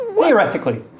theoretically